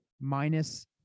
minus